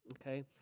okay